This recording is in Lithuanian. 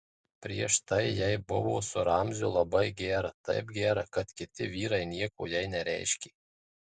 prieš tai jai buvo su ramziu labai gera taip gera kad kiti vyrai nieko jai nereiškė